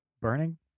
burning